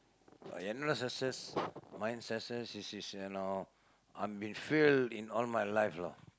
என்னோட:ennooda success my success is is you know I've been failed in all my life lah